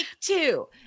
two